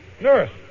nurse